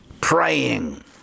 praying